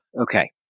Okay